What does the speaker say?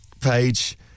page